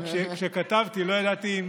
כשכתבתי לא ידעתי.